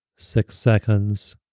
six seconds,